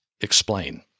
Explain